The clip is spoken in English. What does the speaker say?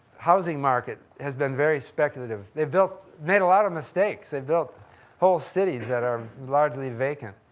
housing market has been very speculative. they've built, made a lot of mistakes. they've built whole cities that are largely vacant.